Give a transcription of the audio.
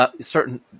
certain